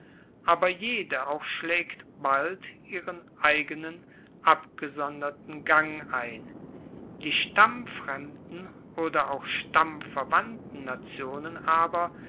aber jede auch schlaegt bald ihren eigenen abgesonderten gang ein die stammfremden oder auch stammverwandten nationen aber